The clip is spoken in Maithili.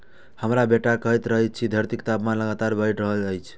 हमर बेटा कहैत रहै जे धरतीक तापमान लगातार बढ़ि रहल छै